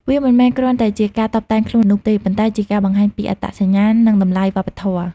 វាមិនមែនគ្រាន់តែជាការតុបតែងខ្លួននោះទេ ប៉ុន្តែជាការបង្ហាញពី អត្តសញ្ញាណ និងតម្លៃវប្បធម៌។